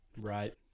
Right